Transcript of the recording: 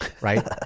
right